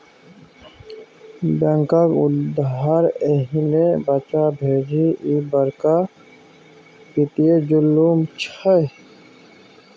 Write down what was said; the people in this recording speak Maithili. बैंकक उधार एहिना पचा जेभी, ई बड़का वित्तीय जुलुम छै